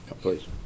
Please